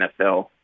NFL